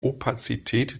opazität